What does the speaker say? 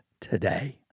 today